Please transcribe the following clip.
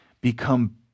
become